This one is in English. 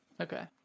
Okay